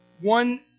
one